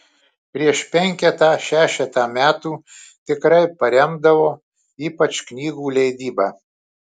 prieš penketą šešetą metų tikrai paremdavo ypač knygų leidybą